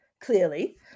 clearly